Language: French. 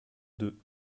deux